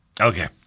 Okay